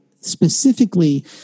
specifically